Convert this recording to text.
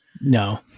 No